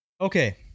Okay